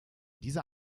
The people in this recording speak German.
dieser